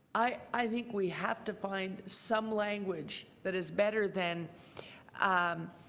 i think we have to find some language that is better than um